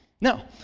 Now